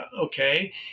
okay